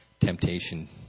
Temptation